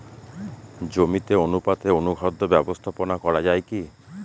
জমিতে অনুপাতে অনুখাদ্য ব্যবস্থাপনা করা য়ায় কি?